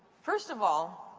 first of all,